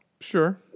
Sure